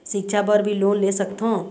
सिक्छा बर भी लोन ले सकथों?